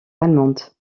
allemandes